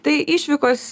tai išvykos